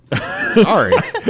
Sorry